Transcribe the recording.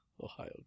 Ohio